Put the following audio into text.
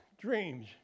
dreams